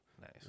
Nice